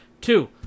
Two